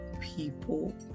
people